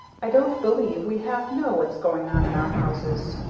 i don't believe we half know what's going on in our houses.